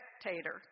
spectator